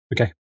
okay